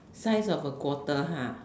size of a quarter !huh!